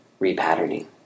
repatterning